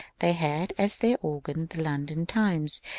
they had as their organ the london times,